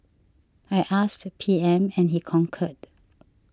I asked P M and he concurred